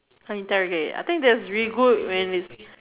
[huh] interrogate I think that is really good when is